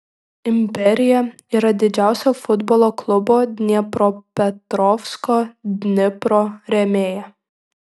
imperija yra didžiausia futbolo klubo dniepropetrovsko dnipro rėmėja